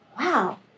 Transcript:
wow